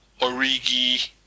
Origi